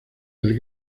del